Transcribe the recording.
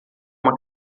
uma